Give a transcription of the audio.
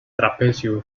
trapecio